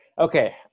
Okay